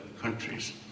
countries